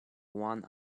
one